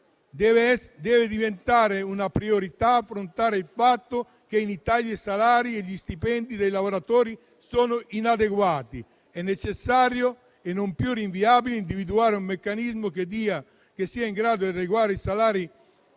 Deve diventare una priorità affrontare il fatto che, in Italia, i salari e gli stipendi dei lavoratori sono inadeguati. È necessario e non più rinviabile individuare un meccanismo che sia in grado di adeguare i salari